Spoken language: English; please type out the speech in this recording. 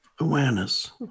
awareness